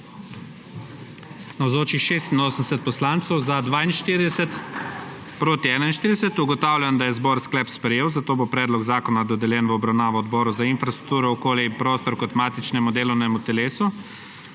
41. (Za je glasovalo 42.) (Proti 41.) Ugotavljam, da je zbor sklep sprejel, zato bo predlog zakona dodeljen v obravnavo Odboru za infrastrukturo, okolje in prostor kot matičnemu delovnemu telesu.